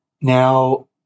now